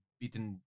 beaten